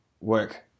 work